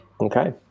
Okay